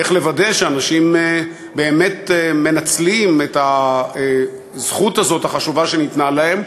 איך לוודא שאנשים באמת מנצלים את הזכות החשובה הזאת שניתנה להם,